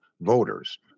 voters